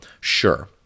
sure